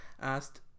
asked